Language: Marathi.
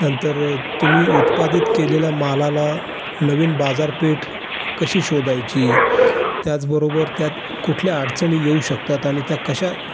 नंतर तुम्ही उत्पादित केलेल्या मालाला नवीन बाजारपेठ कशी शोधायची त्याचबरोबर त्यात कुठल्या अडचणी येऊ शकतात आणि त्या कशा